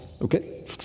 Okay